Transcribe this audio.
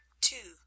Two